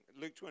Luke